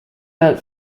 wrote